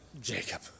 Jacob